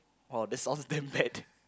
oh that sounds damn bad